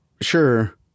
sure